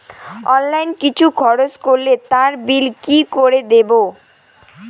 Online কিছু খরচ করলে তার বিল কি করে দেবো?